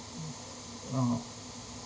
mm oh